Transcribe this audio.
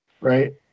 Right